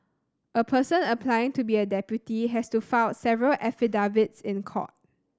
a person applying to be a deputy has to file several affidavits in court